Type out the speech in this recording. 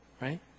right